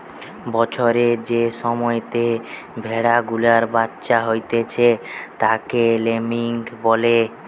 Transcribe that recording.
বছরের যে সময়তে ভেড়া গুলার বাচ্চা হতিছে তাকে ল্যাম্বিং বলে